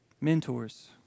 mentors